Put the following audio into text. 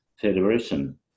Federation